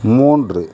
மூன்று